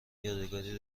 یادگاری